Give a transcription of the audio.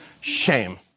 shame